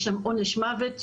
יש שם עונש מוות,